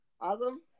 awesome